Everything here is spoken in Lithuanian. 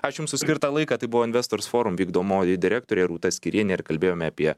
ačiū jums už skirtą laiką tai buvo investors forum vykdomoji direktorė rūta skyrienė ir kalbėjome apie